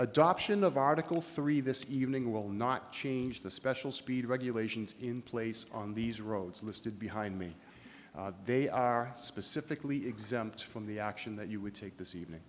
adoption of article three this evening will not change the special speed regulations in place on these roads listed behind me they are specifically exempt from the action that you would take this evening